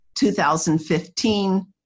2015